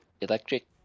electric